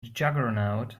juggernaut